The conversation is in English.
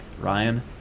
Ryan